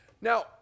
Now